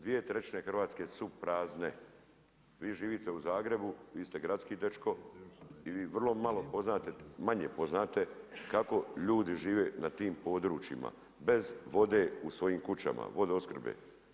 Dvije trećine Hrvatske su prazne, vi živite u Zagrebu, vi ste gradski dečko i vi vrlo malo, manje poznate, kako ljudi žive na tim područjima, bez vode u svojim kućama, vodoopskrbe.